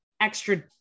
extra